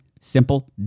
simple